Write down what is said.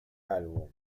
álbum